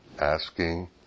asking